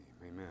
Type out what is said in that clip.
amen